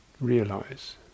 Realize